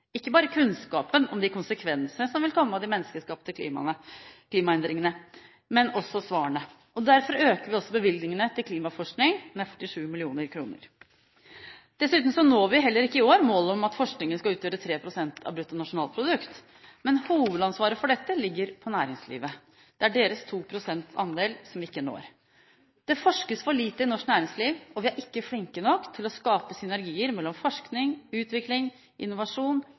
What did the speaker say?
ikke bare kunnskapen om de konsekvensene som vil komme av de menneskeskapte klimaendringene, men også svarene. Derfor øker vi også bevilgningene til klimaforskning med 47 mill. kr. Dessuten når vi heller ikke i år målet om at forskningen skal utgjøre 3 pst. av bruttonasjonalproduktet, men hovedansvaret for dette ligger hos næringslivet. Det er deres andel på 2 pst. vi ikke når. Det forskes for lite i norsk næringsliv, og vi er ikke flinke nok til å skape synergier mellom forskning, utvikling, innovasjon,